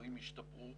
שדברים ישתפרו